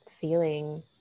feeling